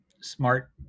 smart